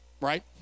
right